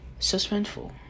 Suspenseful